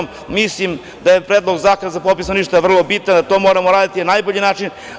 Mislim da je Predlog zakona o popisu stanovništva veoma bitan i to moramo uraditi na najbolji način.